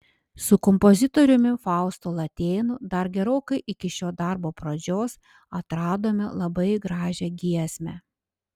su kompozitoriumi faustu latėnu dar gerokai iki šio darbo pradžios atradome labai gražią giesmę